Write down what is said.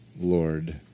Lord